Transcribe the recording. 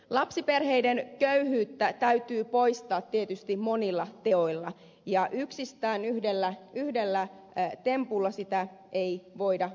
lapsiperheiden köyhyyttä täytyy tietysti poistaa monilla teoilla ja yksistään yhdellä tempulla sitä ei voida hoitaa kuntoon